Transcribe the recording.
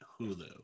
hulu